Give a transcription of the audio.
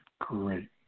Great